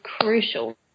crucial